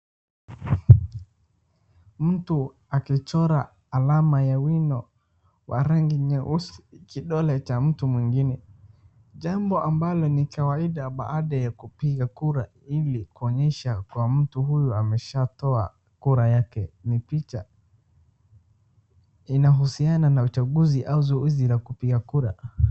Mtu akichora alama ya wino wa rangi nyeusi kidole cha mtu mwingine, jambo ambalo ni kawaida baada ya kupiga kura ili kuonyesha kwa mtu huyu ameshatoa kura yake ni picha inahusiana na uchaguzi au zoezi la kupiga kura.